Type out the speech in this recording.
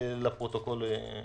לפרוטוקול.